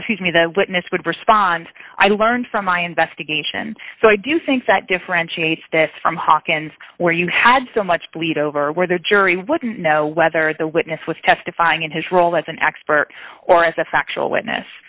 refused me the witness would respond i learned from my investigation so i do think that differentiates this from hawkins where you had so much bleed over where the jury wouldn't know whether the witness was testifying in his role as an expert or as a factual witness